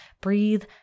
breathe